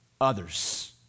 others